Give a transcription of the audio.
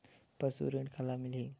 पशु ऋण काला मिलही?